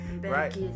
Right